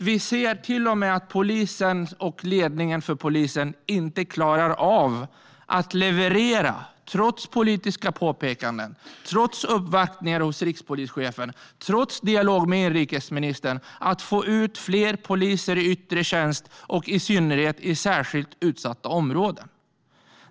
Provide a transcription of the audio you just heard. Vi ser till och med att polisen och ledningen för polisen inte klarar av att leverera - trots politiska påpekanden, uppvaktningar hos rikspolischefen och dialog med inrikesministern - och få ut fler poliser i yttre tjänst och i synnerhet i särskilt utsatta områden.